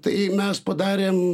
tai mes padarėm